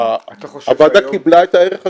הוועדה קיבלה את הערך הזה,